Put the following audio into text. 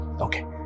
okay